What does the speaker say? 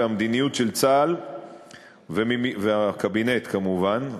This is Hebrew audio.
והמדיניות של צה"ל והקבינט כמובן,